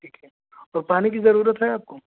ٹھیک ہے اور پانی ضرورت ہے آپ کو